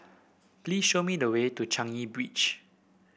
please show me the way to Changi Beach